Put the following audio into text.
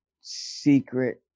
secret